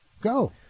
go